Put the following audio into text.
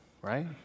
right